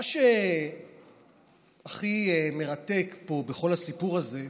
מה שהכי מרתק פה בכל הסיפור הזה שכרגע,